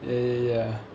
eh ya